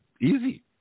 easy